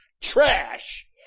trash